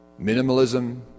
Minimalism